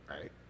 Right